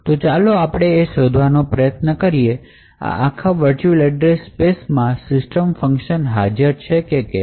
તો ચાલો આપણે શોધવાનો પ્રયત્ન કરીએ કે આ આખા વર્ચ્યુઅલ એડ્રેસ સ્પેસમાં system function હાજર છે કે કેમ